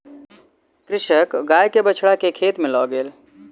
कृषक गाय के बछड़ा के खेत में लअ गेल